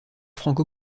franco